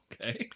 Okay